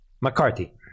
McCarthy